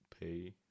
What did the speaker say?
pay